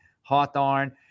Hawthorne